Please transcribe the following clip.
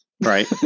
Right